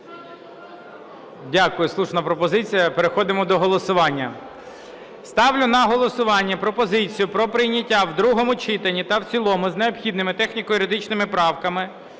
Дякую, слушна пропозиція, переходимо до голосування. Ставлю на голосування пропозицію про прийняття в другому читанні та в цілому з необхідними техніко-юридичними правками